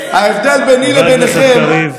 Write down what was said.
ההבדל ביני ובינכם, חבר הכנסת קריב.